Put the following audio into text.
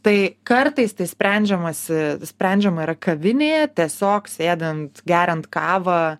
tai kartais tai sprendžiamasi sprendžiama yra kavinėje tiesiog sėdint geriant kavą